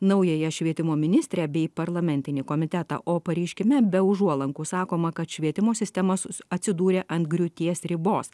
naująją švietimo ministrę bei parlamentinį komitetą o pareiškime be užuolankų sakoma kad švietimo sistema susi atsidūrė ant griūties ribos